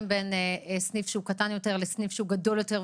בין סניף שהוא קטן יותר לסניף שהוא גדול יותר,